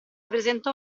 presentò